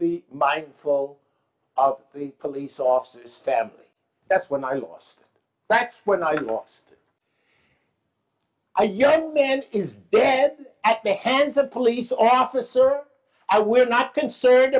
be mindful of the police officers family that's when i lost that's when i lost a young man is dead at the hands of police officer i we're not concerned